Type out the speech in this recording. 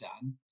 done